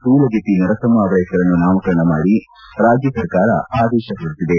ಸೂಲಗಿತ್ತಿ ನರಸಮ್ನವರ ಹೆಸರನ್ನು ನಾಮಕರಣ ಮಾಡಿ ರಾಜ್ಯ ಸರ್ಕಾರ ಆದೇಶ ಹೊರಡಿಸಿದೆ